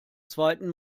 zweiten